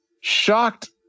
shocked